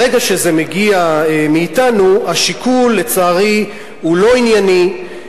ברגע שזה מגיע מאתנו, השיקול הוא לא ענייני,